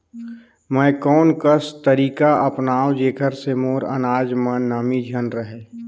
मैं कोन कस तरीका अपनाओं जेकर से मोर अनाज म नमी झन रहे?